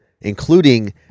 including